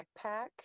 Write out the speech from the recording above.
backpack